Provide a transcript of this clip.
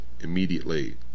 immediately